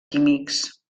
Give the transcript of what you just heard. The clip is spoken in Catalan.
químics